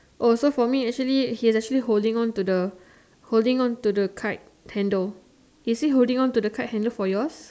oh so for me actually he's actually holding on to the holding on to the kite handle is he holding on to the kite handle for yours